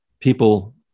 people